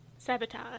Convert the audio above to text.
sabotage